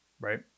right